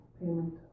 Payment